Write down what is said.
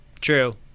True